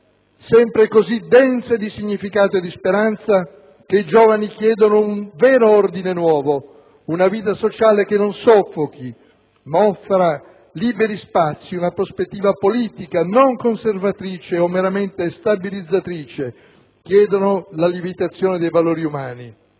sempre così dense di significato e di speranza, che «i giovani chiedono un vero ordine nuovo, una vita sociale che non soffochi, ma offra liberi spazi, una prospettiva politica non conservatrice o meramente stabilizzatrice, chiedono la lievitazione dei valori umani».